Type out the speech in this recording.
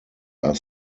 are